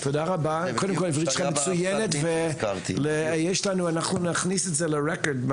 קודם כל תשובה מצוינת ואנחנו נכניס את זה לרקורד מה